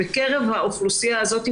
בקרב האוכלוסייה הזאת,